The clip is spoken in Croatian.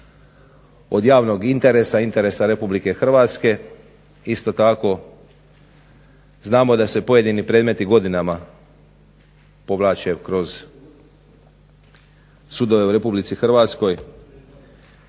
od javnog interesa, interesa RH. Isto tako znamo da se pojedini predmeti godinama povlače kroz sudove u RH.